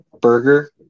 Burger